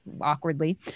awkwardly